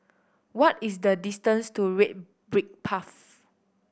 what is the distance to Red Brick Path